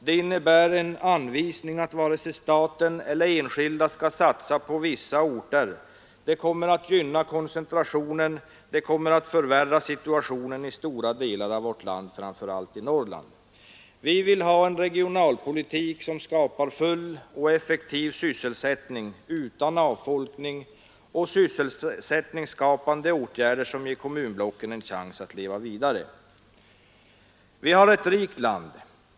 Det innebär en anvisning om att varken staten eller enskilda skall satsa på vissa orter, det kommer att gynna koncentrationen, det kommer att förvärra situationen i stora delar av vårt land, framför allt i Norrland. Vi vill ha en regionalpolitik, som skapar full och effektiv sysselsättning utan avfolkning, och sysselsättningsskapande åtgärder som ger kommunblocken en chans att leva vidare. Vi har ett rikt land.